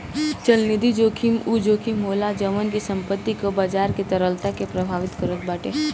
चलनिधि जोखिम उ जोखिम होला जवन की संपत्ति कअ बाजार के तरलता के प्रभावित करत बाटे